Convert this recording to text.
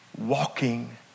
walking